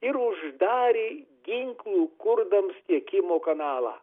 ir uždarė ginklų kurdams tiekimo kanalą